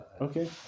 Okay